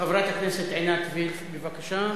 חברת הכנסת עינת וילף, בבקשה.